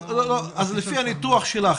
לפי הניתוח שלך,